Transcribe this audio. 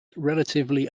relatively